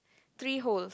three holes